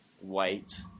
White